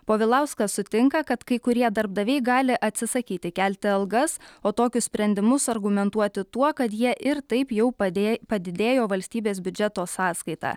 povilauskas sutinka kad kai kurie darbdaviai gali atsisakyti kelti algas o tokius sprendimus argumentuoti tuo kad jie ir taip jau padėj padidėjo valstybės biudžeto sąskaita